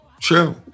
true